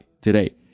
today